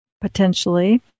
potentially